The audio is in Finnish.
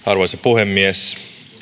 arvoisa puhemies